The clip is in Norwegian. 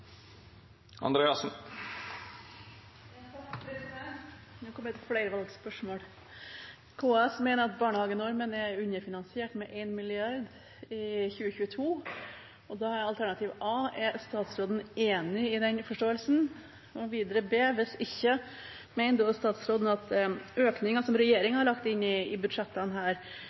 Nå kommer det et flervalgsspørsmål: KS mener at barnehagenormen er underfinansiert med 1 mrd. kr i 2022. Da er alternativ a: Er statsråden enig i den forståelsen? Og videre, alternativ b: Hvis ikke, mener da statsråden fortsatt at økningen som regjeringen har lagt inn i budsjettene her,